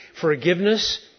Forgiveness